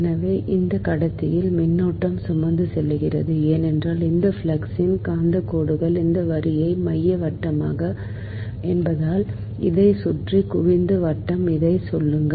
எனவே இந்த கடத்தியால் மின்னோட்டம் சுமந்து செல்கிறது ஏனென்றால் இந்த ஃப்ளக்ஸின் காந்தக் கோடுகள் இந்த வரியின் மைய வட்டம் என்பதால் இதைச் சுற்றி குவிந்த வட்டம் இதைச் சொல்லுங்கள்